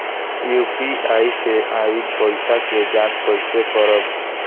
UPI से आइल पईसा के जाँच कइसे करब?